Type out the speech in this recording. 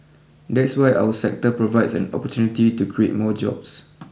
that is why our sector provides an opportunity to create more jobs